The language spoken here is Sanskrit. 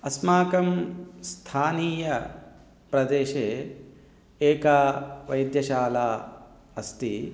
अस्माकं स्थानीयप्रदेशे एका वैद्यशाला अस्ति